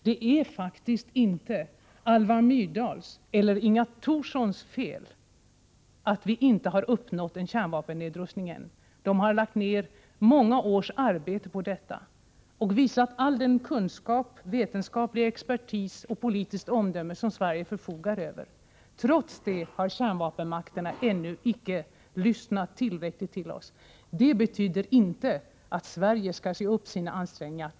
Det är faktiskt inte Alva Myrdals eller Inga Thorssons fel att vi ännu inte har uppnått en kärnvapennedrustning. De har lagt ner många års arbete på detta och visat all den kunskap, vetenskapliga expertis och politiska omdöme som Sverige förfogar över. Trots det har kärnvapenmakterna ännu icke lyssnat tillräckligt på oss. Det betyder inte att Sverige skall ge upp sina ansträngningar.